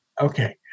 okay